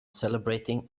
celebrating